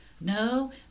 no